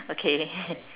okay